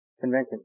convention